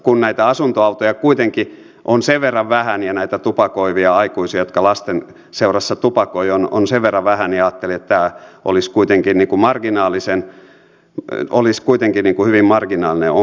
kun näitä asuntoautoja kuitenkin on sen verran vähän ja näitä tupakoivia aikuisia jotka lasten seurassa tupakoivat on sen verran vähän niin ajattelin että tämä olisi kuitenkin hyvin marginaalinen ongelma